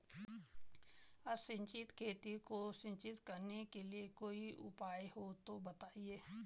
असिंचित खेती को सिंचित करने के लिए कोई उपाय हो तो बताएं?